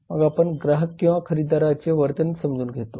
मग आपण ग्राहक किंवा खरेदीदाराचे वर्तन समजून घेतो